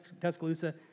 Tuscaloosa